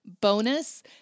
bonus